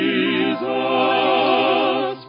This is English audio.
Jesus